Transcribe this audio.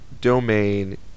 domain